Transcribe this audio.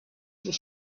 was